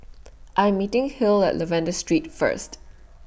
I Am meeting Hill At Lavender Street First